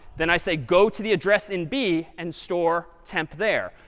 then i say, go to the address in b and store temp there.